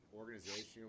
organization